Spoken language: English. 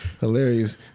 hilarious